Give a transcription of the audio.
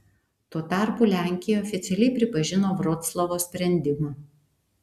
tuo tarpu lenkija oficialiai pripažino vroclavo sprendimą